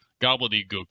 gobbledygook